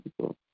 people